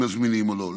מזמינים או לא.